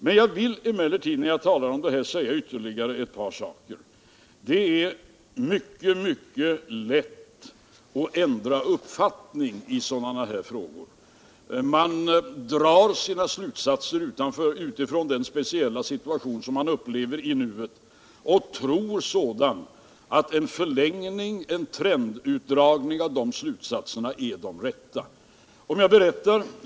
När jag talar om detta vill jag emellertid säga ytterligare ett par saker. Det är mycket lätt att ändra uppfattning i sådana här frågor. Man drar sina slutsatser utifrån den speciella situation som man upplever i nuet och tror sedan att en trendutdragning av de slutsatserna ger ett riktigt resultat.